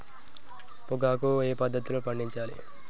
పొగాకు ఏ పద్ధతిలో పండించాలి?